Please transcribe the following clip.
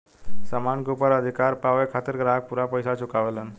सामान के ऊपर अधिकार पावे खातिर ग्राहक पूरा पइसा चुकावेलन